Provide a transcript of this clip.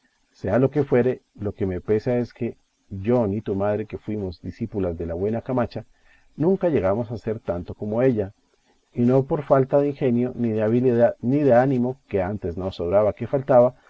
sea lo que fuere lo que me pesa es que yo ni tu madre que fuimos discípulas de la buena camacha nunca llegamos a saber tanto como ella y no por falta de ingenio ni de habilidad ni de ánimo que antes nos sobraba que faltaba